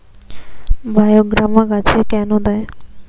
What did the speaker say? বায়োগ্রামা গাছে কেন দেয়?